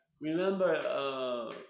remember